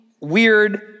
weird